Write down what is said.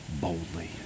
boldly